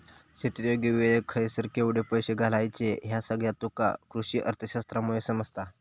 शेतीत योग्य वेळेक खयसर केवढे पैशे घालायचे ह्या सगळा तुका कृषीअर्थशास्त्रामुळे समजता